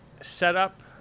Setup